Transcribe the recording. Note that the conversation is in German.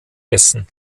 essen